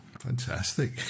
fantastic